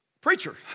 Preacher